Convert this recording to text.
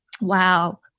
Wow